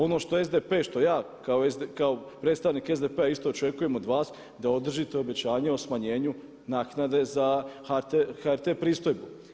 Ono što SDP, što ja kao predstavnik SDP-a isto očekujem od vas da održite obećanje o smanjenju naknade za HRT pristojbu.